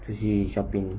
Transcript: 出去 shopping